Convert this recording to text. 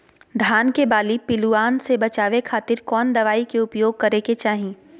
धान के बाली पिल्लूआन से बचावे खातिर कौन दवाई के उपयोग करे के चाही?